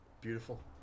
Beautiful